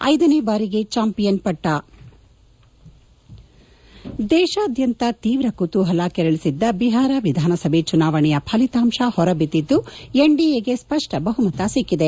ಐದನೇ ಬಾರಿಗೆ ಚಾಂಪಿಯನ್ ಪಟ್ಟ ದೇಶಾದ್ಯಂತ ಶೀವ್ರ ಕುತೂಪಲ ಕೆರಳಿಸಿದ್ದ ಬಿಹಾರ ವಿಧಾನಸಭೆ ಚುನಾವಣೆಯ ಫಲಿತಾಂತ ಹೊರಬಿದ್ದಿದ್ದು ಎನ್ಡಿಎಗೆ ಸ್ಪಷ್ಟ ಬಹುಮತ ಸಿಕ್ಕಿದೆ